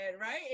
right